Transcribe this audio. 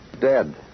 Dead